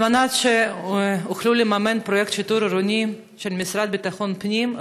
על מנת שיוכלו לממן את פרויקט השיטור העירוני של המשרד לביטחון הפנים,